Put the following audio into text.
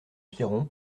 piron